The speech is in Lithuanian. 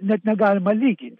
net negalima lygint